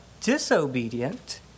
disobedient